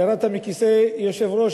ירדת מכיסא יושב-ראש,